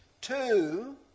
two